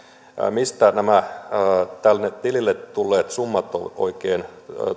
mistä nämä tilille tulleet summat ovat oikein